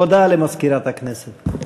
הודעה למזכירת הכנסת.